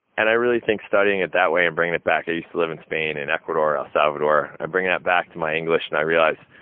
and i really think studying it that way, and bringing it back i used to live in spain, and ecuador, el salvador. i bring that back to my english, and i realize,